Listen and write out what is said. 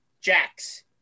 Jax